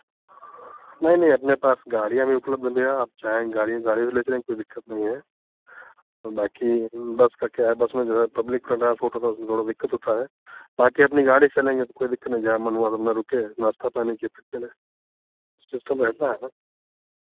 नहीं नहीं अपने पास गाड़ियाँ भी उपलब्ध हैं भैया आप चाहें गाड़ी से गाड़ी भी ले चलेंगे कोई दिक्कत नहीं है और बाँकी बस का क्या है बस में जो है पब्लिक का ट्रांसपोर्ट का थोड़ा दिक्कत होता है बाँकी अपनी गाड़ी से चलेंगे तो कोई दिक्कत नहीं है जहां मन हुआ रुके नाश्ता पानी किया फिर चले सिस्टम रहता है ऐसा